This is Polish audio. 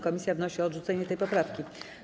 Komisja wnosi o odrzucenie tej poprawki.